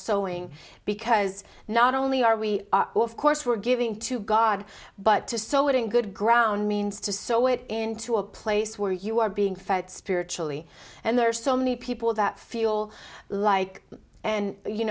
sewing because not only are we are of course we're giving to god but to sew it in good ground means to sew it into a place where you are being fed spiritually and there are so many people that feel like